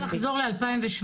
אני רוצה לחזור ל-2017,